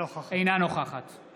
נוכחת